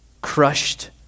crushed